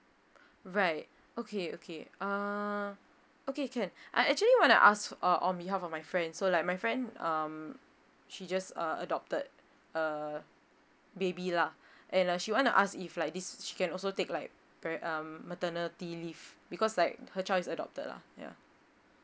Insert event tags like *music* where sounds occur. right okay okay err okay can *breath* I actually want to ask uh on behalf of my friend so like my friend um she just uh adopted a baby lah *breath* and uh she want to if like this she can also take like break um maternity leave because like her child is adopted lah ya